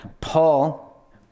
Paul